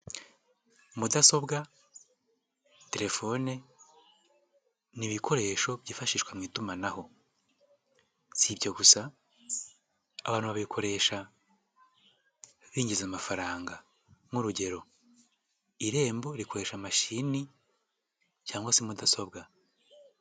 Mudasobwa telefone ni ibikoresho byifashishwa mu itumanaho si ibyo gusa abantu babikoresha binjiza amafaranga nk'urugero irembo rikoresha mashini cyangwa se mudasobwa.